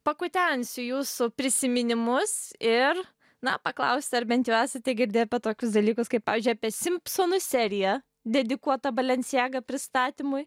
pakutensiu jūsų prisiminimus ir na paklausiu ar bent jau esate girdėję apie tokius dalykus kaip pavyzdžiui apie simpsonų seriją dedikuotą balenciaga pristatymui